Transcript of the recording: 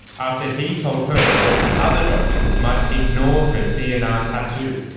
after he told her that other doctors might ignore her dnr tattoo.